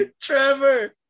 Trevor